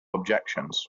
objections